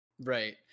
right